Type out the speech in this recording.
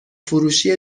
فروشی